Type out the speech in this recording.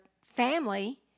family